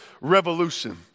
Revolution